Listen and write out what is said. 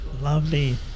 lovely